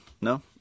no